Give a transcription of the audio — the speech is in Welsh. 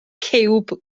ciwb